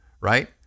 right